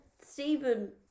Stephen